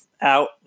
out